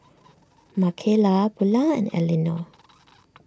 Makayla Bulah and Eleanor